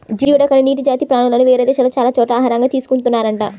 geoduck అనే నీటి జాతి ప్రాణులను వేరే దేశాల్లో చాలా చోట్ల ఆహారంగా తీసుకున్తున్నారంట